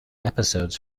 episodes